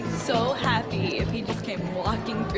so happy if he just came walking through